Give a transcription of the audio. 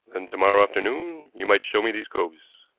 then to-morrow afternoon you might show me these coves.